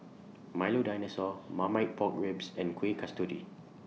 Milo Dinosaur Marmite Pork Ribs and Kuih Kasturi